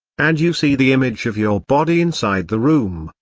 and you see the image of your body inside the room,